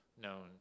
known